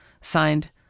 Signed